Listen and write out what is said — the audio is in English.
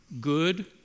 good